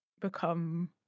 become